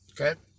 Okay